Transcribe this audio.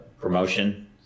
promotion